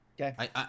Okay